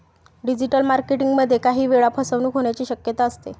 digital marketing मध्ये काही वेळा फसवणूक होण्याची शक्यता असते